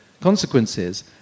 consequences